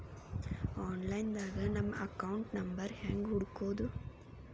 Online ದಾಗ ನಮ್ಮ account number ಹೆಂಗ್ ಹುಡ್ಕೊದು?